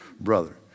brother